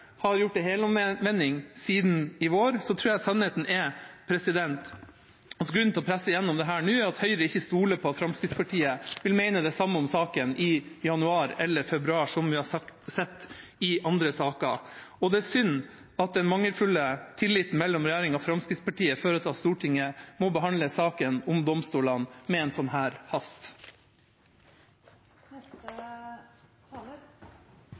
siden i vår, tror jeg sannheten er at grunnen til å presse gjennom dette her nå er at Høyre ikke stoler på at Fremskrittspartiet vil mene det samme om saken i januar eller februar, som vi har sett i andre saker. Det er synd at den mangelfulle tilliten mellom regjeringa og Fremskrittspartiet fører til at Stortinget må behandle saken om domstolene med en sånn